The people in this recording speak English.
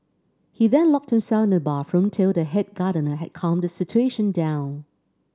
he then locked himself in the bathroom till the head gardener had calmed the situation down